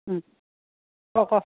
ক ক